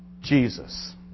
Jesus